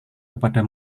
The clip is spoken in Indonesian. kepada